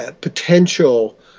Potential